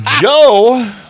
Joe